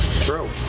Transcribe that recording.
True